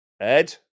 Ed